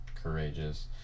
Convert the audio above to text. courageous